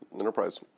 enterprise